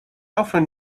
often